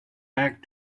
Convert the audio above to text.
back